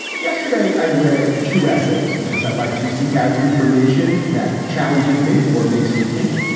yesterday i read two essays because i'd like to seek out information that challenges me or makes me think,